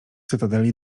cytadeli